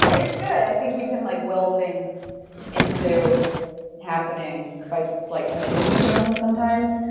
it's good. i think you can like will things into happening by just like committing to them sometimes.